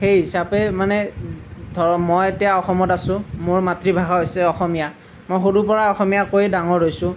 সেই হিচাপে মানে যি ধৰক মই এতিয়া অসমত আছোঁ মোৰ মাতৃভাষা হৈছে অসমীয়া মই সৰুৰ পৰা অসমীয়া কৈয়ে ডাঙৰ হৈছোঁ